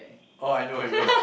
oh I know I know